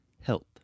health